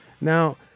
Now